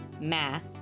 math